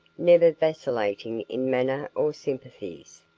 never vacillating in manner or sympathies.